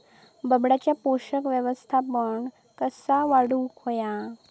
बटाट्याचा पोषक व्यवस्थापन कसा वाढवुक होया?